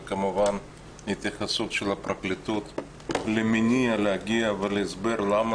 וכמובן התייחסות של הפרקליטות למניע ולהסבר למה